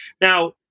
Now